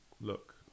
look